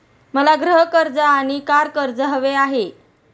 मला गृह कर्ज आणि कार कर्ज हवे आहे